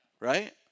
Right